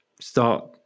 start